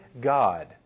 God